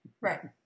Right